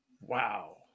Wow